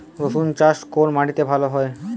রুসুন চাষ কোন মাটিতে ভালো হয়?